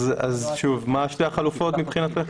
שוב, מה שתי החלופות מבחינתך?